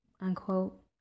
unquote